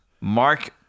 mark